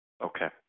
Okay